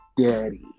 daddy